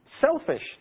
selfish